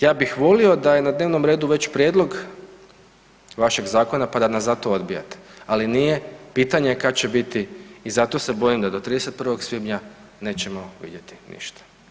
Ja bih volio da je na dnevnom redu već prijedlog vašeg zakona pa nas zato odbijate, ali nije, pitanje je kad će biti i zato se bojim da do 31. svibnja nećemo vidjeti ništa.